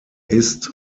ist